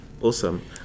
Awesome